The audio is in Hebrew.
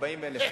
40,000,